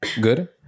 good